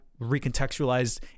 recontextualized